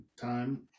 Time